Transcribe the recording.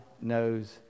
knows